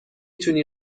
تونی